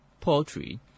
poultry